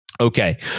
Okay